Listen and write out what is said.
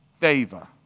favor